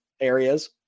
areas